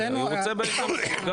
אלא הוא רוצה באזור שלו.